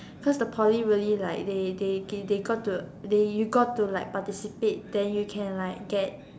cause the Poly really like they they they got to they you got to participate then you can like get